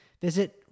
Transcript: visit